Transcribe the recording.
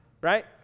Right